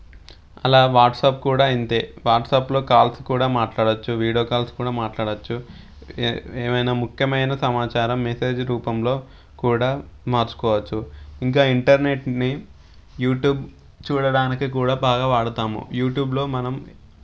అలా వాట్సప్ కూడా ఇంతే వాట్సాప్లో కాల్స్ కూడా మాట్లాడొచ్చు వీడియో కాల్స్ కూడా మాట్లాడొచ్చు ఏ ఏమైనా ముఖ్యమైన సమాచారం మెసేజ్ రూపంలో కూడా మార్చుకోవచ్చు ఇంకా ఇంటర్నెట్ని యూట్యూబ్ చూడడానికి కూడా బాగా వాడతాము యూట్యూబ్లో మనం